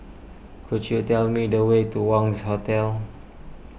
could you tell me the way to Wangz Hotel